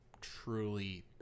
truly